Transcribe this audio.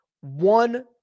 one